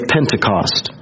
Pentecost